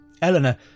Eleanor